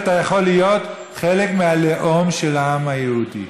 אתה יכול להיות חלק מהלאום של העם היהודי.